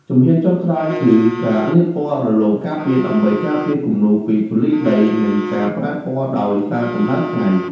ជំហានចុងក្រោយគឺការលាបថ្នាំរលោងការពារ ដើម្បីការពារគំនូរពីធូលីដី និងការប្រែពណ៌ដោយសារកម្ដៅថ្ងៃ។